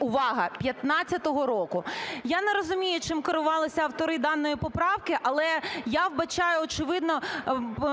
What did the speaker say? (увага!) 2015 року, я не розумію, чим керувалися автори даної поправки, але я вбачаю, очевидно,